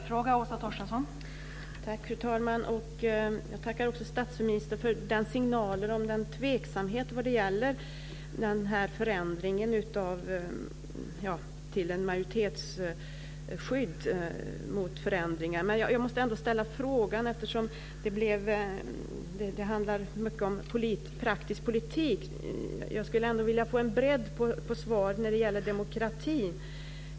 Fru talman! Jag tackar statsministern för signalen om tveksamhet vad gäller förändringen till ett majoritetsskydd mot förändringar. Jag måste ändå ställa frågan eftersom det mycket handlar om praktiskt politik. Jag skulle vilja få en bredd på svaret när det gäller demokratin.